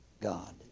God